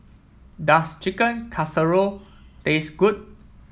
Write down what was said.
does Chicken Casserole taste good